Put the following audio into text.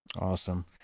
Awesome